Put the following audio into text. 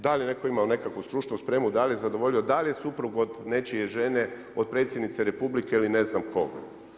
Da li je netko imao nekakvu stručnu spremu, da li je zadovoljio, da li je suprug od nečije žene, od predsjednice Republike ili ne znam koga.